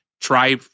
try